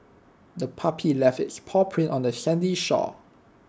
the puppy left its paw print on the sandy shore